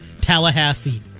Tallahassee